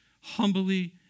humbly